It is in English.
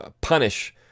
punish